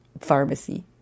pharmacy